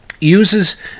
uses